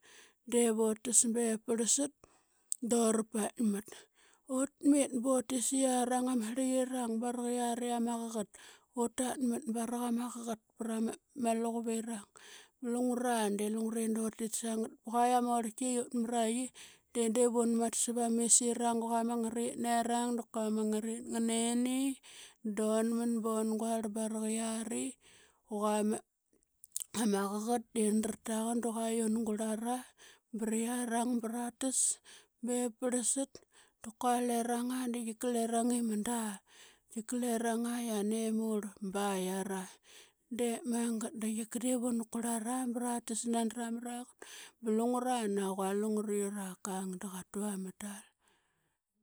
De vut tas bep parlsat dura paikmat. Utmit sa yiarang ama srli yirang barak yiari ama qaqat. Utatmat baraqa ma qaqat pr ama luquvirang. Lungura de lungure dutis sa ngat ba qua i ama orlki i ut mra qi de div unmat sav ma misirang i qua ama ngaraqit nerang da kua ngara qit nganeni dunman ban gural suquri yiari qua ama qaqat i ola rataqan da qua un gurlara ba rayiarang ba ratas bep parlsat. Da kua lareng aa detika lareng i manda. Tika lareng aa yiane murl bai yiare. Dep magat da tika diip una kurlana ba ratas. Nani ra mra qan ba lungura naqua,. ungure urak kang da qatu ama tal.